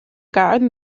garden